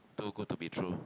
too good to be true